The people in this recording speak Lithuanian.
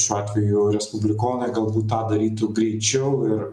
šiuo atveju respublikonai galbūt tą darytų greičiau ir